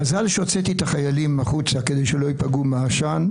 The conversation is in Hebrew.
מזל שהוצאתי את החיילים החוצה כדי שלא יפגעו מהעשן.